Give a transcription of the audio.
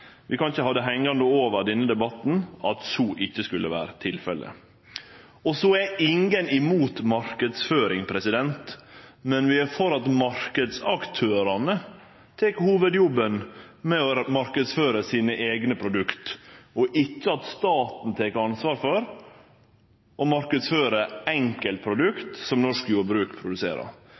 Vi kan ikkje ha det hengjande over denne debatten at så ikkje skulle vere tilfellet. Ingen er imot marknadsføring, men vi er for at marknadsaktørane tek hovudjobben med å marknadsføre sine eigne produkt, ikkje at staten tek ansvar for å marknadsføre enkeltprodukt som det norske jordbruket produserer.